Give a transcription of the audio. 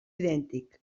idèntic